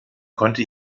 konnte